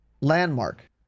Landmark